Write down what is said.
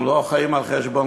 אנחנו לא חיים על חשבונכם,